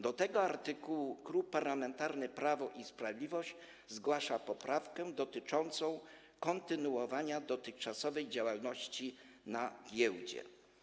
Do tego artykułu Klub Parlamentarny Prawo i Sprawiedliwość zgłasza poprawkę dotyczącą kontynuowania dotychczasowej działalności na giełdzie.